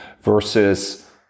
versus